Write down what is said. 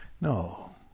No